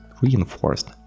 reinforced